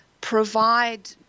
provide